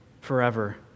forever